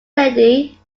lady